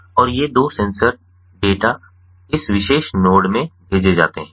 और ये दो सेंसर डेटा इस विशेष नोड में भेजे जाते हैं